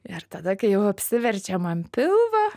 ir tada kai jau apsiverčiam ant pilvo